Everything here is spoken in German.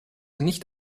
nicht